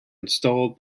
installed